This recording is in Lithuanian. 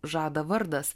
žada vardas